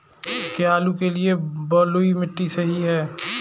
क्या आलू के लिए बलुई मिट्टी सही है?